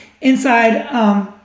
inside